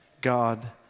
God